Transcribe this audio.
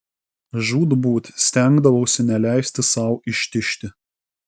žūtbūt stengdavausi neleisti sau ištižti